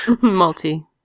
Multi